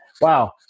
Wow